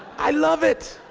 i love it!